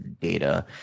data